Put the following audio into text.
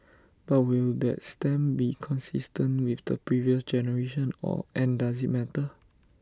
but will that stamp be consistent with the previous generation or and does IT matter